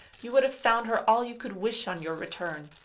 you would have found her all you could wish on your return.